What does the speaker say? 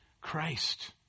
Christ